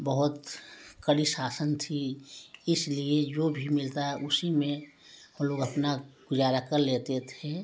बहुत कड़ी शासन थी इसलिए जो भी मिलता उसी में लोग अपना गुजारा कर लेते थे